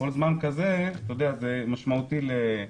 כל עיכוב כזה בזמן הוא משמעותי לחולה.